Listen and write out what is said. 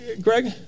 Greg